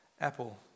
Apple